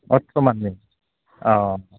बर्थमाननि अ